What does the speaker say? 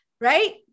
right